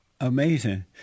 amazing